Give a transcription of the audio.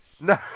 No